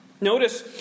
Notice